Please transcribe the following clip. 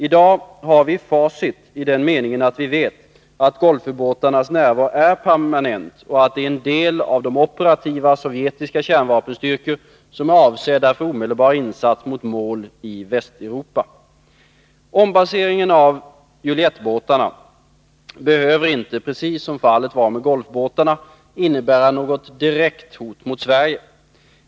I dag har vi facit i den meningen att vi vet att Golfubåtarnas närvaro är permanent och att de är en del av de operativa sovjetiska kärnvapenstyrkor som är avsedda för omedelbar insats mot mål i Västeuropa. Ombaseringen av Juliettbåtarna behöver inte, precis som fallet var med Golfbåtarna, innebära något direkt hot mot Sverige.